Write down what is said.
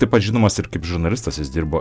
taip pat žinomas ir kaip žurnalistas jis dirbo